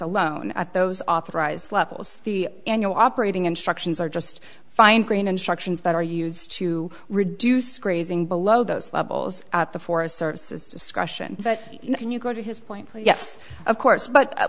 alone at those authorized levels the annual operating instructions are just fine grain instructions that are used to reduce grazing below those levels the forest service is discussion but when you go to his point yes of course but